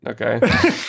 Okay